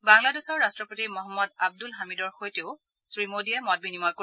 বাংলাদেশৰ ৰাট্টপতি মহম্মদ আব্দুল হামিদৰ সৈতে মোডীয়ে মত বিনিময় কৰিব